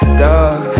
dog